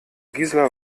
gisela